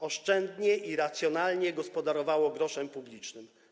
Oszczędnie i racjonalnie gospodarowało groszem publicznym.